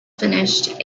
finished